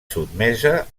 sotmesa